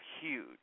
huge